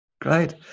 Great